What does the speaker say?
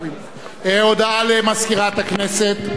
הודעה למזכירת הכנסת.